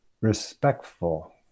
respectful